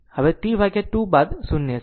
તેથી તે T 2 બાદ 0 છે